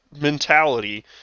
mentality